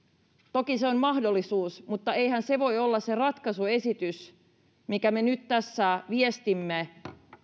toki se on mahdollisuus mutta eihän se voi olla se ratkaisuesitys minkä me nyt tässä viestimme